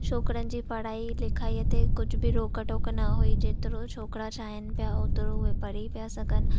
छोकरनि जी पढ़ाई लिखाईअ ते कुझु बि रोक टोक न हुइ जेतिरो छोकरा चाहिनि पिया ओतिरो उहे पढ़ी पिया सघनि